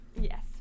Yes